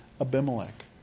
Abimelech